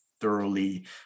thoroughly